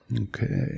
Okay